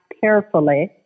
carefully